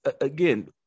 Again